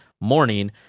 morning